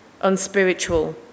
unspiritual